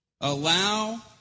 Allow